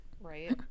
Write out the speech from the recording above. right